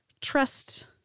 trust